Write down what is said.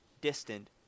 distant